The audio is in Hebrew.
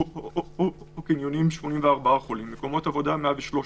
שואלים שאלות, מקבלים תשובות.